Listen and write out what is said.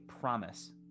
promise